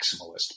maximalist